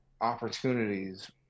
opportunities